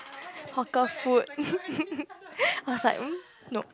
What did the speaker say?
hawker food I was like mm nope